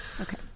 okay